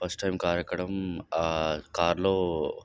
first time car ఎక్కడం ఆ కార్లో